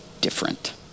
different